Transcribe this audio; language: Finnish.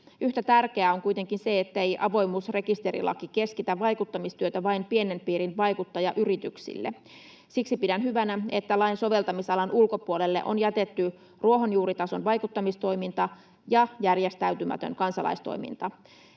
Yhtä tärkeää on kuitenkin se, ettei avoimuusrekisterilaki keskitä vaikuttamistyötä vain pienen piirin vaikuttajayrityksille. Siksi pidän hyvänä, että lain soveltamisalan ulkopuolelle on jätetty ruohonjuuritason vaikuttamistoiminta ja järjestäytymätön kansalaistoiminta.